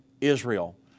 Israel